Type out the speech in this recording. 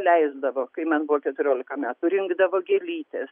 leisdavo kai man buvo keturiolika metų rinkdavo gėlytes